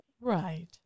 Right